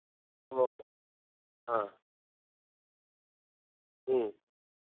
ꯑꯣ ꯑ ꯎꯝ